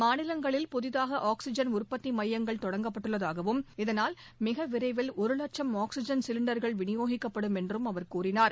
மாநிலங்களில் புதிதாக ஆக்ஸிஐன் உற்பத்தி மையங்கள் தொடங்கப்பட்டுள்ளதாகவும் இதனால் மிக விரைவில் ஒரு லட்சம் ஆக்ஸிஜன் சிலிண்டர்கள் விநியோகிக்கப்படும் என்றும் அவர் கூறினார்